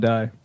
Die